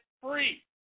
free